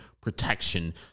protection